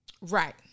Right